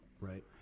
Right